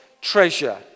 treasure